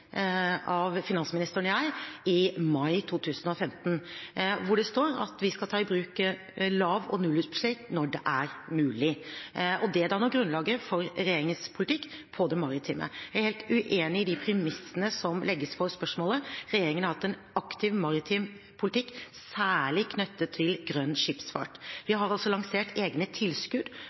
av finansministeren og meg i mai 2015, hvor det står at vi skal ta i bruk lav- og nullutslippsteknologi når det er mulig. Det danner grunnlaget for regjeringens politikk på det maritime området. Jeg er helt uenig i de premissene som legges for spørsmålet. Regjeringen har hatt en aktiv maritim politikk særlig knyttet til grønn skipsfart. Vi har også lansert egne tilskudd